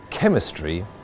Chemistry